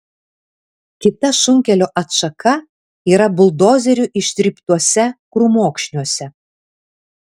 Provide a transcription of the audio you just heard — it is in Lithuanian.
kita šunkelio atšaka yra buldozerių ištryptuose krūmokšniuose